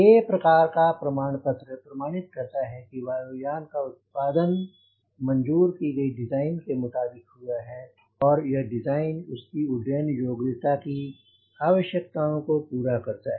A प्रकार का प्रमाण पत्र प्रमाणित करता है कि वायु यान का उत्पादन मंज़ूर की गई डिजाइन के मुताबिक हुआ है और यह डिजाइन इसकी उड्डयन योग्यता की आवश्यकताओं को पूरा करता है